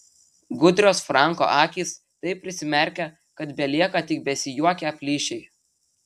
gudrios franko akys taip prisimerkia kad belieka tik besijuokią plyšiai